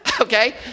Okay